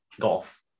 golf